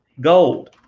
gold